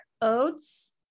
oats